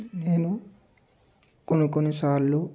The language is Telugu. నేను కొన్ని కొన్నిసార్లు